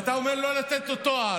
ואתה אומר לא לתת לו תואר.